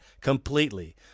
completely